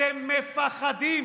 אתם מפחדים